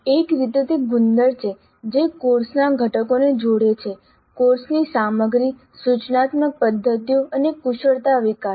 એક રીતે તે ગુંદર છે જે કોર્સના ઘટકોને જોડે છે કોર્સની સામગ્રી સૂચનાત્મક પદ્ધતિઓ અને કુશળતા વિકાસ